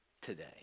today